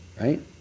Right